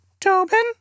Tobin